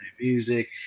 music